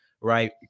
right